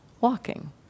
walking